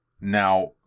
Now